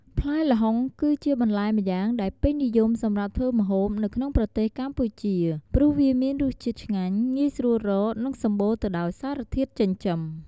ផ្លែល្ហុង គឺជាបន្លែម្យ៉ាងដែលពេញនិយមសម្រាប់ធ្វើម្ហូបនៅក្នុងប្រទេសកម្ពុជា ព្រោះវាមានរសជាតិឆ្ងាញ់ ងាយស្រួលរក និងសម្បូរទៅដោយសារធាតុចិញ្ចឹម។